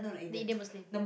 the Indian Muslim